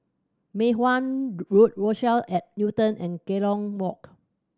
Mei Hwan Road Rochelle at Newton and Kerong Walk